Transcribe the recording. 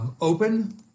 open